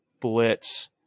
blitz